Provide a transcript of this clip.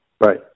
Right